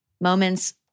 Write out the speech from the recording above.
moments